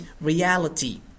reality